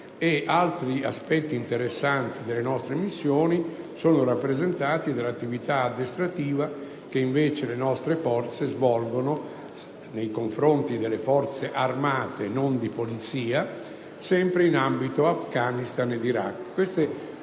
Altri aspetti interessanti delle nostre missioni sono rappresentati dall'attività addestrativa che le nostre forze svolgono nei confronti delle Forze armate (non di polizia) sempre in ambito di Afghanistan e Iraq.